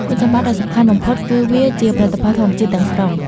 គុណសម្បត្តិដ៏សំខាន់បំផុតគឺវា ជាផលិតផលធម្មជាតិទាំងស្រុង។